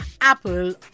Apple